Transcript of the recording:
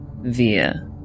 via